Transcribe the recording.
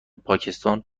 پاکستان